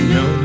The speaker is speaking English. no